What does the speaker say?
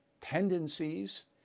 tendencies